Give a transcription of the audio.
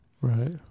right